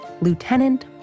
Lieutenant